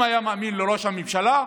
אם היה מאמין לראש הממשלה,